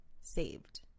saved